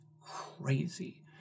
crazy